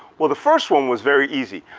well the first one was very easy.